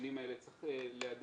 בנתונים האלה צריך להדק.